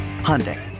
Hyundai